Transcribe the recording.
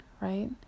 right